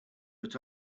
but